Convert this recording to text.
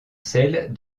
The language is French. celles